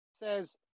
says